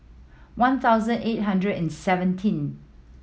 one thousand eight hundred and seventeen